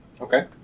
Okay